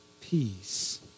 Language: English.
peace